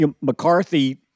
McCarthy